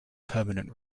permanent